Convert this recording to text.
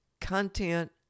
content